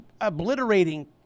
obliterating